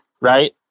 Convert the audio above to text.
right